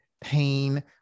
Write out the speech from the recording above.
pain